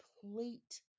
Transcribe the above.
complete